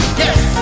yes